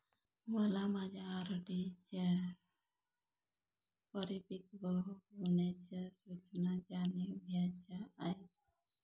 मला माझ्या आर.डी च्या परिपक्व होण्याच्या सूचना जाणून घ्यायच्या आहेत